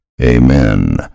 AMEN